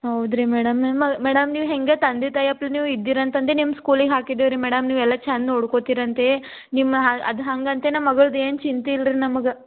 ಹೌದು ರೀ ಮೇಡಮ್ ನಿಮಾ ಮೇಡಮ್ ನೀವು ಹೆಂಗೆ ತಂದೆ ತಾಯಿ ಅಪ್ಪ ನೀವು ಇದ್ದೀರಿ ಅಂತಂದು ನಿಮ್ಮ ಸ್ಕೂಲಿಗೆ ಹಾಕಿದೀವಿ ರೀ ಮೇಡಮ್ ನೀವು ಎಲ್ಲ ಚಂದ ನೋಡ್ಕೋತಿರಂತೀ ನಿಮ್ಮ ಅದು ಹಂಗಂತೆ ನಮ್ಮ ಮಗಳ್ದು ಏನು ಚಿಂತೆ ಇಲ್ಲ ರೀ ನಮಗೆ